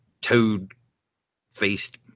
toad-faced